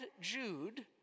Jude